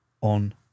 On